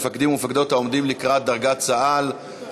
מפקדים ומפקדות העומדים לקראת דרגת סא"ל,